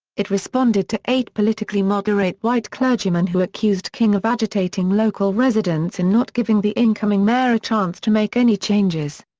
it responded to eight politically moderate white clergymen who accused king of agitating local residents and not giving the incoming mayor a chance to make any changes.